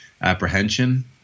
apprehension